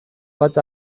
bat